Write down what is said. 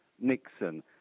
Nixon